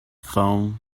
foam